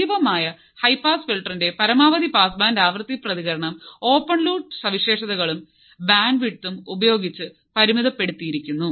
സജീവമായ high pass ഫിൽട്ടറിന്റെ പരമാവധി പാസ് ബാൻഡ് ആവൃത്തി പ്രതികരണം ഓപ്പൺ ലൂപ്പ് സവിശേഷതകളും ബാൻഡ്വിഡ്ത്തും ഉപയോഗിച്ച് പരിമിതപ്പെടുത്തിയിരിക്കുന്നു